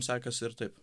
sekėsi ir taip